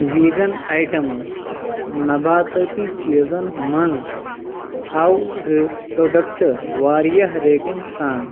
vegan items نَباتٲتی چیٖزن مَنٛز ہاو پروڈکٹ واریاہ ریٹنگ سان